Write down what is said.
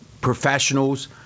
professionals